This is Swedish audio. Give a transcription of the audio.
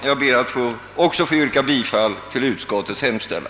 Jag ber att också få yrka bifall till utskottets hemställan.